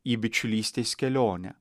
į bičiulystės kelionę